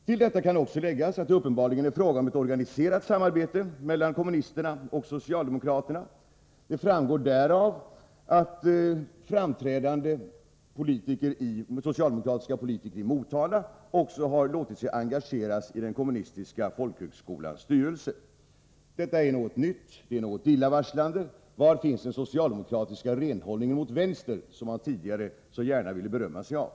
Till detta kan också läggas att det uppenbarligen är fråga om ett organiserat samarbete mellan kommunisterna och socialdemokraterna. Det framgår därav att framträdande socialdemokratiska politiker i Motala har låtit sig engageras i den kommunistiska folkhögskolans styrelse. Detta är något nytt, och det är illavarslande. Var finns den socialdemokratiska renhållningen mot vänstern, som man tidigare så gärna ville berömma sig av?